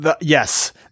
Yes